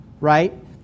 right